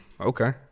Okay